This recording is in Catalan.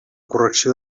correcció